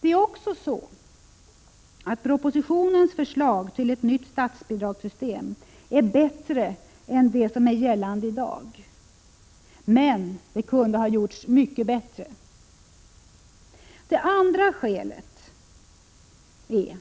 Det är också så att propositionens förslag till nytt statsbidragssystem är bättre än det som är gällande i dag, men det kunde ha gjorts ännu mycket bättre. Det andra skälet är